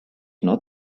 not